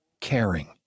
caring